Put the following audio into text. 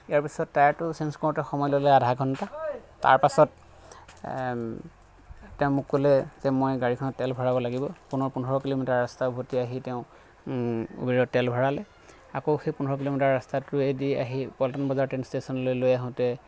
ইয়াৰ পিছত টায়াৰটো চেঞ্জ কৰোঁতে সময় ল'লে আধা ঘণ্টা তাৰপাছত তেওঁ মোক ক'লে যে মই গাড়ীখনত তেল ভৰাব লাগিব পুনৰ পোন্ধৰ কিলোমিটাৰ ৰাস্তা উভতি আহি তেওঁ ওবেৰত তেল ভৰালে আকৌ সেই পোন্ধৰ কিলোমিটাৰ ৰাস্তাটোৱেদি আহি পল্টন বজাৰ ৰেল ষ্টেশ্যনলৈ লৈ আহোঁতে